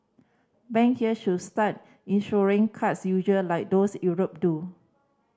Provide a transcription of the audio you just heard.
bank here should start insuring cards user like those Europe do